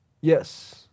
Yes